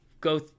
go